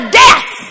death